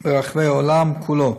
ברחבי העולם כולו.